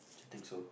do you think so